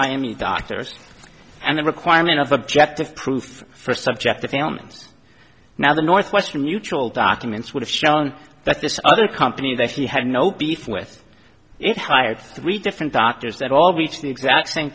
m u doctors and the requirement of objective proof for subjective towns now the northwestern mutual documents would have shown that this other company that he had no beef with it hired three different doctors that all be to the exact same